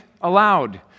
aloud